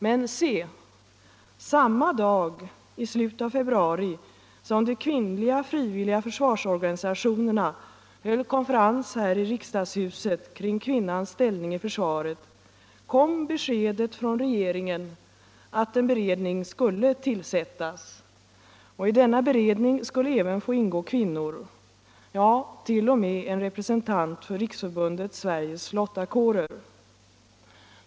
Men se, samma dag i slutet av februari som de kvinnliga frivilliga försvarsorganisationerna höll konferens här i riksdagshuset kring kvinnans ställning i försvaret kom beskedet från regeringen att en beredning skulle tillsättas! Och i denna beredning skulle även få ingå kvinnor, ja t.o.m. en representant för Riksförbundet Sveriges Lottakårer.